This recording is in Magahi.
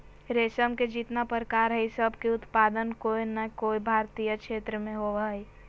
रेशम के जितना प्रकार हई, सब के उत्पादन कोय नै कोय भारतीय क्षेत्र मे होवअ हई